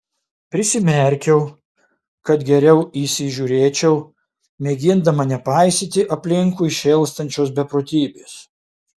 prisimerkiau kad geriau įsižiūrėčiau mėgindama nepaisyti aplinkui šėlstančios beprotybės